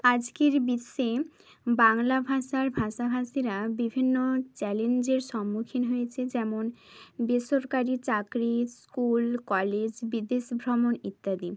আজকের বিশ্বে বাংলা ভাষার ভাষাভাষীরা বিভিন্ন চ্যালেঞ্জের সম্মুখীন হয়েছে যেমন বেসরকারি চাকরি স্কুল কলেজ বিদেশ ভ্রমণ ইত্যাদি